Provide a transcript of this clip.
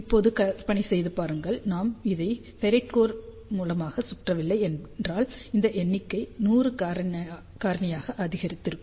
இப்போது கற்பனை செய்து பாருங்கள் நாம் அதை ஃபெரைட் கோர் மூலம் சுற்றவில்லை என்றால் இந்த எண்ணிக்கை 100 காரணியாக அதிகரித்திருக்கும்